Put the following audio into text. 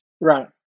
Right